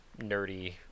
nerdy